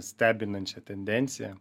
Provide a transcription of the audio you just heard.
stebinančią tendenciją